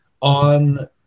on